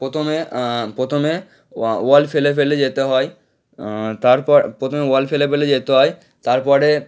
প্রথমে প্রথমে ওয়া ওয়াল ফেলে ফেলে যেতে হয় তারপর প্রথমে ওয়াল ফেলে ফেলে যেতে হয় তারপরে